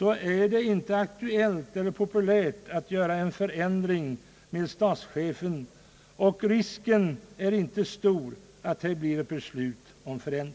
är det inte aktuellt eller populärt att åstadkomma en förändring i fråga om statschefens ställning. Risken är inte stor att det fattas beslut om en förändring.